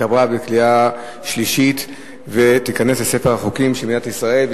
התקבלה בקריאה שלישית ותיכנס לספר החוקים של מדינת ישראל.